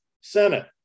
Senate